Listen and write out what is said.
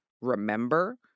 remember